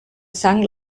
sang